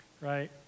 Right